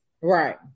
Right